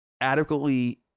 adequately